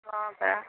ହଁ ପା